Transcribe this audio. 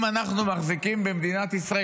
אם אנחנו מחזיקים במדינת ישראל,